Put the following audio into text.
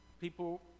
people